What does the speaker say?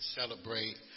celebrate